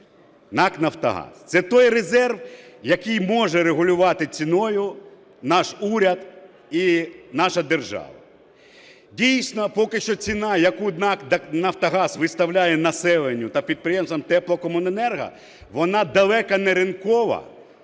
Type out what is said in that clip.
НАК "Нафтогаз". Це той резерв, який може регулювати ціною наш уряд і наша держава. Дійсно, поки що ціна, яку НАК "Нафтогаз" виставляє населенню та підприємствам теплокомуненерго, вона далеко не ринкова,